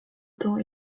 temps